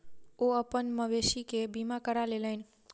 ओ अपन मवेशी के बीमा करा लेलैन